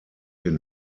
den